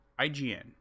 IGN